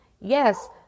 Yes